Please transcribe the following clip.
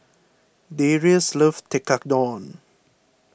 Darius loves Tekkadon